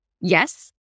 Yes